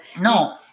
No